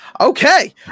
Okay